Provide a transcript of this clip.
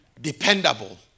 dependable